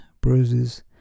bruises